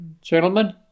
gentlemen